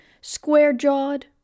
square-jawed